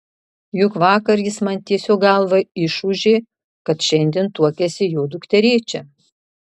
juk vakar jis man tiesiog galvą išūžė kad šiandien tuokiasi jo dukterėčia